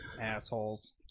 Assholes